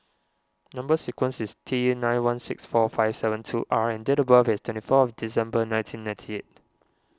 Number Sequence is T nine one six four five seven two R and date of birth is twenty fourth December nineteen ninety eight